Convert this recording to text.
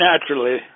naturally